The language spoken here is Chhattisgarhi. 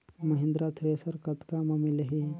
महिंद्रा थ्रेसर कतका म मिलही?